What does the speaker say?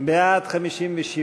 לסעיף 37,